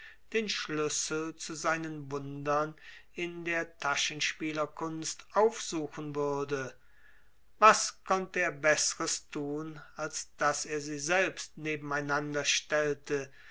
den schlüssel zu seinen wundern in der taschenspielerkunst aufsuchen würde was konnte er beßres tun als daß er sie selbst nebeneinander stellte